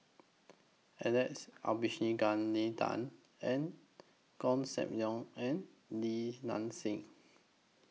Alex Abisheganaden and SAM Leong and Li Nanxing